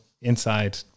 inside